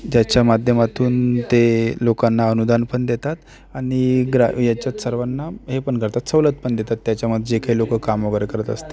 ज्याच्या माध्यमातून ते लोकांना अनुदान पण देतात आणि ग्रा ह्याच्यात सर्वांना हे पण करतात सवलत पण देतात त्याच्यामध्ये जे काही लोकं काम वगैरे करत असतील